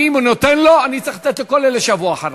אני נותן לו, אני צריך לתת לכל אלה שיבואו אחריו.